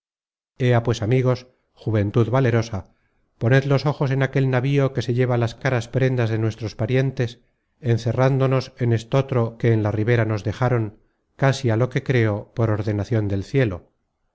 pues amigos juventud valerosa poned los ojos en aquel navío que se lleva las caras prendas de vuestros parientes encerrándonos en estotro que en la ribera nos dejaron casi á lo que creo por ordenacion del cielo